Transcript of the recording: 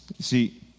See